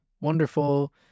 wonderful